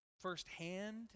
firsthand